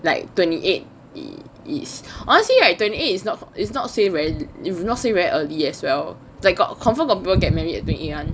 like twenty eight is honestly right twenty eight it's not it's not say very it's not say very early as well like got confirm got people get married at twenty eight [one]